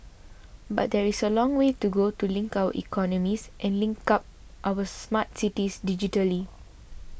but there is a long way to go to link our economies and link up our smart cities digitally